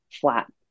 flat